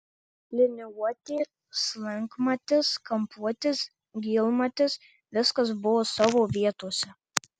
liniuotė slankmatis kampuotis gylmatis viskas buvo savo vietose